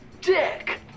dick